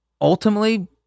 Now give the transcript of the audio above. ultimately